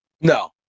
No